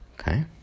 okay